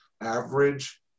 average